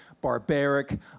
barbaric